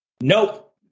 Nope